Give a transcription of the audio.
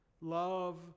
Love